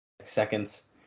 seconds